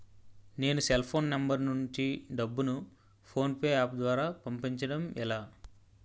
నేను cell phone number నుంచి డబ్బును ను ఫోన్పే అప్ ద్వారా పంపించడం ఎలా?